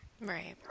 Right